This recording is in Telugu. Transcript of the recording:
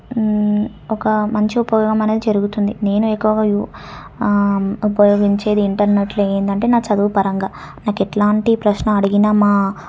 ఒక మంచి ఉపయోగం అనేది జరుగుతుంది నేను ఎక్కువగా యు ఉపయోగించేది ఏంటి అన్నట్లు ఏంటంటే నా చదువుపరంగా నాకు ఎట్లాంటి ప్రశ్న అడిగినా మా